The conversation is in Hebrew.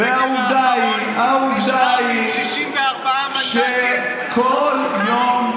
והעובדה היא שכל יום,